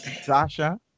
Sasha